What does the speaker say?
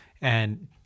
and-